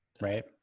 right